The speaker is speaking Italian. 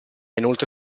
inoltre